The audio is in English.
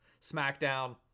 SmackDown